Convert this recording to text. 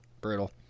brutal